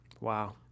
Wow